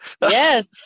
Yes